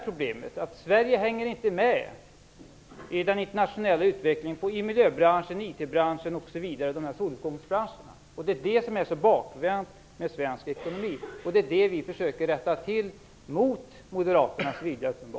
Problemet är att Sverige inte hänger med i den internationella utvecklingen i miljöbranschen, IT-branschen m.fl. soluppgångsbranscher. Det är det här som är så bakvänt med svensk ekonomi, och det är det vi försöker rätta till - uppenbarligen mot Moderaternas vilja.